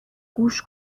گوش